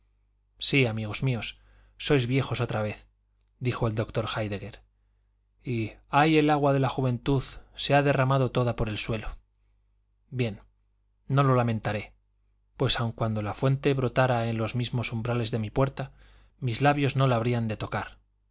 sí amigos míos sois viejos otra vez dijo el doctor héidegger y ay el agua de la juventud se ha derramado toda por el suelo bien no lo lamentaré pues aun cuando la fuente brotara en los mismos umbrales de mi puerta mis labios no la habrían de tocar